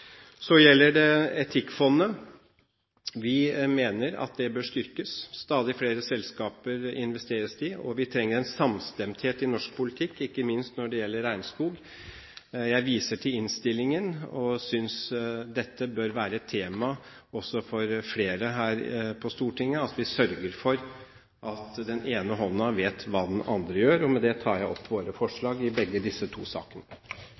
Så gjelder det Etikkfondet. Vi mener at det bør styrkes. Det investeres i stadig flere selskaper, og vi trenger en samstemthet i norsk politikk, ikke minst når det gjelder regnskog. Jeg viser til innstillingen og synes dette bør være et tema også for flere her på Stortinget – at vi sørger for at den ene hånden vet hva den andre gjør. Med dette tar jeg opp de forslagene som Kristelig Folkeparti og Venstre står sammen om i begge disse